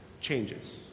changes